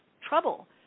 trouble